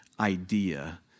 idea